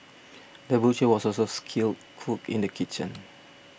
the butcher was also a skilled cook in the kitchen